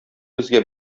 безгә